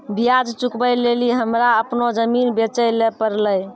ब्याज चुकबै लेली हमरा अपनो जमीन बेचै ले पड़लै